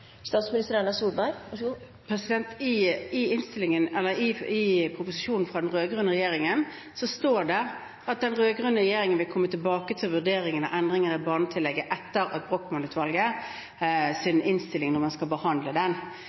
I proposisjonen fra den rød-grønne regjeringen står det at den rød-grønne regjeringen vil komme tilbake til vurderingen av endringer i barnetillegget når man skal behandle Brochmannutvalgets innstilling. Det betyr at man